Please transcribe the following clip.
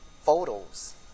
photos